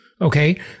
Okay